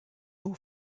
eau